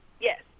yes